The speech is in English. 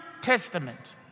Testament